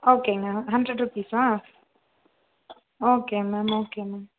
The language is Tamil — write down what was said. ஓகே மேம் ஹண்ட்ரட் ருப்பீஸா ஓகே மேம் ஓகே மேம்